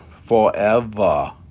forever